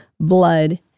blood